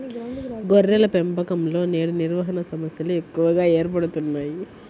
గొర్రెల పెంపకంలో నేడు నిర్వహణ సమస్యలు ఎక్కువగా ఏర్పడుతున్నాయి